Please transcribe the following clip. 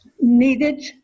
needed